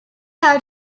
have